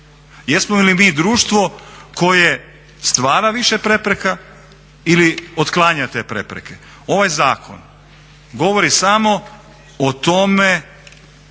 jesmo li mi društvo koje stvara više prepreka ili otklanja te prepreke. Ovaj zakon govori samo o tome